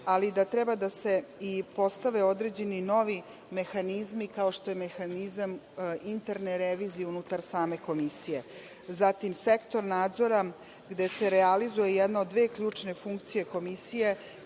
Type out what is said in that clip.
ali da treba da se i postave određeni novi mehanizmi kao što je mehanizam interne revizije unutar same komisije, zatim Sektor nadzora, gde se realizuje jedna od dve ključne funkcije Komisije,